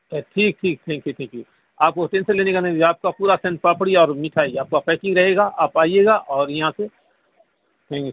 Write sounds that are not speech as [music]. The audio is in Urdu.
ٹھیک ٹھیک تھینک یو تھینک یو آپ [unintelligible] لینے کا نہیں آپ کا پورا سون پاپڑی اور مٹھائی آپ کا پیکنگ رہے گا آپ آئیے گا اور یہاں سے [unintelligible]